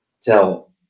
tell